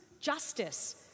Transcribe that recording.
justice